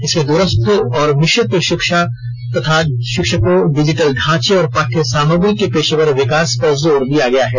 इसमें द्रस्थ और मिश्रित शिक्षा तथा शिक्षकों डिजिटल ढांचे और पाठ्य सामग्री के पेशेवर विकास पर जोर दिया गया है